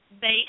base